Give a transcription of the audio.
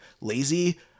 lazy